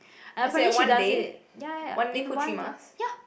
and apparently she does it ya ya in one day ya